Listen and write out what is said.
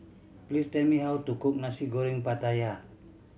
please tell me how to cook Nasi Goreng Pattaya